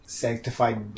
sanctified